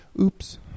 oops